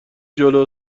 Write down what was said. جلو